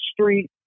street